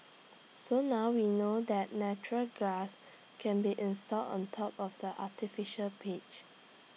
so now we know that natural grass can be installed on top of the artificial pitch